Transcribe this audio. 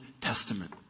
Testament